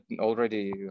already